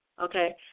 okay